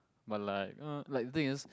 but like uh like the thing is